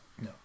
No